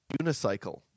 unicycle